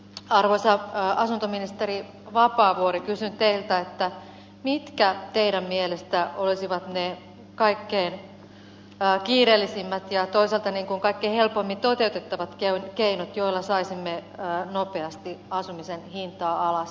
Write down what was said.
arvoisa asuntoministeri vapaavuori kysyn teiltä että mitkä teidän mielestänne olisivat ne kaikkein kiireellisimmät ja toisaalta kaikkein helpoimmin toteutettavat keinot joilla saisimme nopeasti asumisen hintaa alas